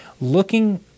looking